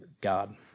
God